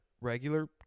regular